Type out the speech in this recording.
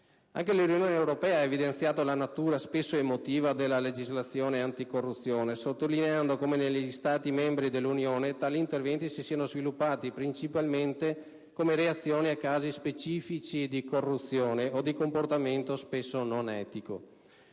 Anche l'Unione europea ha evidenziato la natura spesso emotiva della legislazione anticorruzione, sottolineando come negli Stati membri dell'Unione tali interventi si siano sviluppati principalmente come reazione a casi specifici di corruzione o di comportamento spesso non etico;